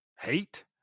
hate